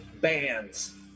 bands